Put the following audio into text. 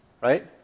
right